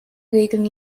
regeln